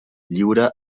lliure